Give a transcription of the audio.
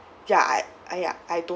ya I ya I don't